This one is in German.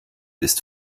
ist